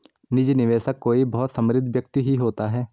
निजी निवेशक कोई बहुत समृद्ध व्यक्ति ही होता है